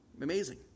amazing